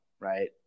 right